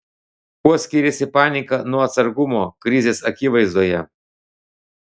kuo skiriasi panika nuo atsargumo krizės akivaizdoje